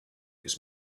its